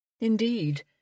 Indeed